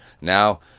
now